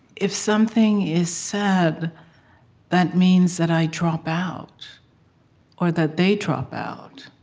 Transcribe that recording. if something is said that means that i drop out or that they drop out,